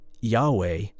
Yahweh